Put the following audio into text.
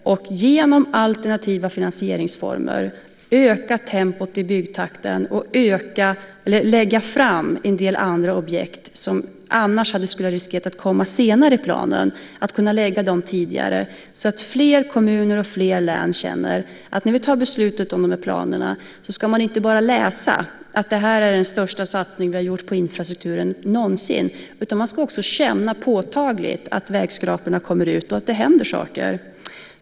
Genom alternativa finansieringsformer kan vi öka tempot i byggtakten och tidigarelägga en del andra objekt som annars hade riskerat att komma senare i planen. Man ska i fler kommuner och fler län när vi fattar beslutet om planerna inte bara läsa att det är den största satsning vi har gjort på infrastrukturen någonsin. Man ska också påtagligt känna att vägskraporna kommer ut och att det händer saker.